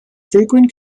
frequent